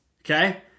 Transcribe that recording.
Okay